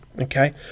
okay